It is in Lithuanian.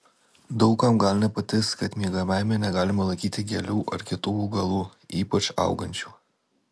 daug kam gal nepatiks kad miegamajame negalima laikyti gėlių ar kitų augalų ypač augančių